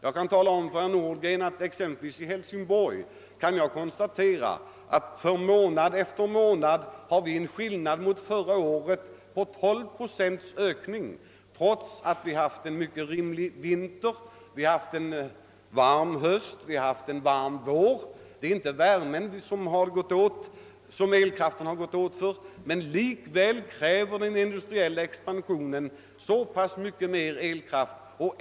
Jag kan tala om för herr Nordgren att jag kan konstatera att vi exempelvis i Hälsingborg månad efter månad har en ökning av förbrukningen med 12 procent i jämförelse med förra året, trots att vi nu haft en mild vinter, en varm höst och en varm vår. Det är inte för uppvärmningen som elkraften har gått åt, utan den industriella expansionen kräver så mycket mer elkraft.